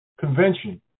Convention